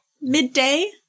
midday